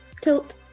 tilt